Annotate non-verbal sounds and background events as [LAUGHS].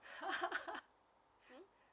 [LAUGHS]